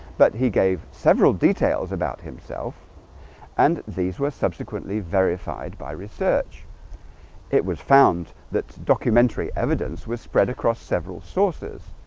but he gave several details about himself and these were subsequently verified by research it was found that documentary evidence was spread across several sources,